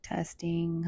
Testing